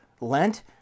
Lent